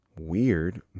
weird